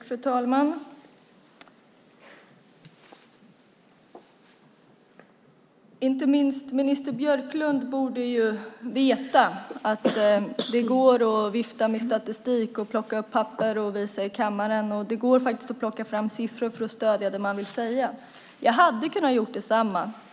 Fru talman! Inte minst minister Björklund borde veta att det går att vifta med statistik och plocka upp papper och visa i kammaren för att stödja det man vill säga. Jag hade kunnat göra detsamma.